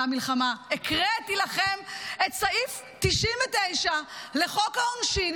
מלחמה." הקראתי לכם את סעיף 99 לחוק העונשין,